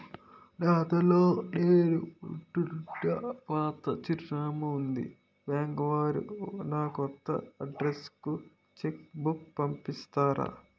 నా ఆధార్ లో నేను ఉంటున్న పాత చిరునామా వుంది బ్యాంకు వారు నా కొత్త అడ్రెస్ కు చెక్ బుక్ పంపిస్తారా?